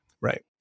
right